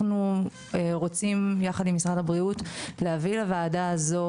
אנחנו רוצים יחד עם משרד הבריאות להביא לוועדה הזו